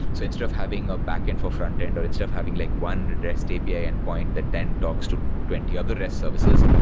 so instead of having a backend for frontend, or instead of having like one rest api endpoint that then talks to twenty other rest services,